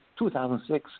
2006